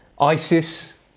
ISIS